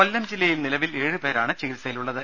രുമ കൊല്ലം ജില്ലയിൽ നിലവിൽ ഏഴുപേരാണ് ചികിത്സയിലുള്ളത്